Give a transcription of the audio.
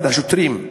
אחד השוטרים,